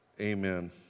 amen